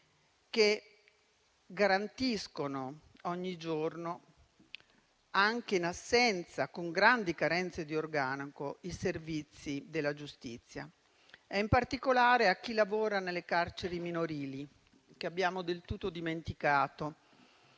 che garantiscono ogni giorno, anche con grandi carenze di organico, i servizi della giustizia e in particolare a chi lavora nelle carceri minorili, che abbiamo del tutto dimenticato.